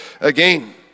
again